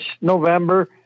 November